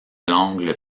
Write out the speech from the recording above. l’angle